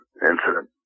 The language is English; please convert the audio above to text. incident